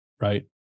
right